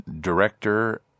director